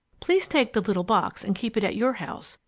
please take the little box and keep it at your house,